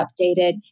updated